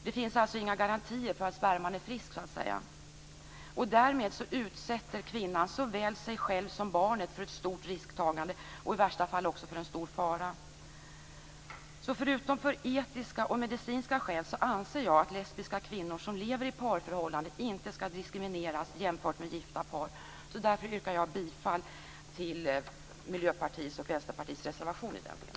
Det finns alltså inga garantier för att sperman så att säga är frisk. Därmed utsätter kvinnan såväl sig själv som barnet för ett stort risktagande och i värsta fall också för en stor fara. Förutom etiska och medicinska skäl anser jag att lesbiska kvinnor som lever i parförhållanden inte skall diskrimineras jämfört med gifta par. Därför yrkar jag bifall till Miljöpartiets och Vänsterpartiets reservation i den delen.